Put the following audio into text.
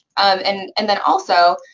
and and then also,